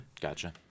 Gotcha